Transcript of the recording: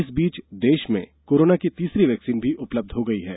इस बीच देश में कोरोना की तीसरी वैक्सीन भी उपलब्ध हो गई है